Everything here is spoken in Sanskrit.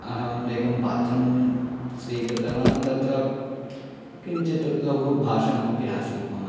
अहम् एकं पात्रं स्वीकृतवान् तत्र किञ्चित् लघु भाषणमपि आसीत् मम